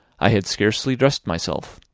i had scarcely dressed myself,